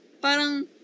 parang